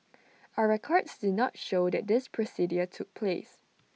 our records did not show that this procedure took place